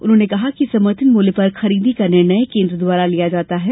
उन्होंने कहा कि समर्थन मूल्य पर खरीदी का निर्णय केंन्द्र द्वारा किया जाता है